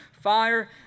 fire